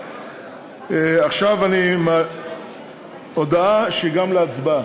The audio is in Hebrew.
עכשיו הודעה שהיא גם להצבעה.